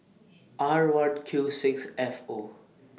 R one Q six F O